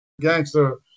gangster